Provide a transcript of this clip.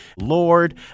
Lord